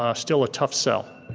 ah still a tough sell.